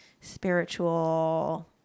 spiritual